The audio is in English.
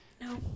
no